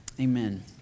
Amen